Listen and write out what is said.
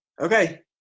Okay